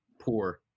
poor